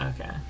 Okay